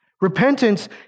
Repentance